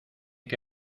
que